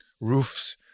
roofs